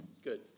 Good